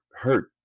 hurt